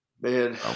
Man